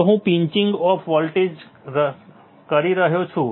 જાણે હું pinching off કરી રહ્યો છું